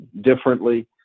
differently